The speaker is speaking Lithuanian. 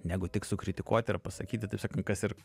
negu tik sukritikuoti ar pasakyti taip sakant kas ir